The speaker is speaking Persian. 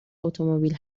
اتومبیل